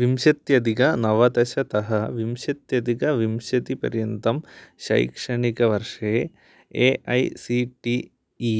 विंशत्यधिकनवदशतः विंशत्यधिकविंशतिपर्यन्तं शैक्षणिकवर्षे A I C T E